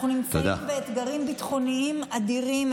אנחנו נמצאים באתגרים ביטחוניים אדירים,